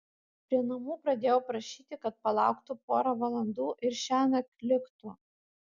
prie namų pradėjau prašyti kad palauktų porą valandų ir šiąnakt liktų